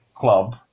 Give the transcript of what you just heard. club